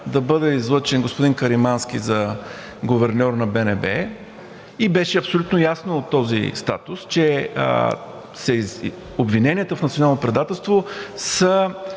да бъде излъчен господин Каримански за гуверньор на БНБ и беше абсолютно ясно от този статус, че обвиненията в национално предателство са,